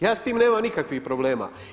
Ja s tim nemam nikakvih problema.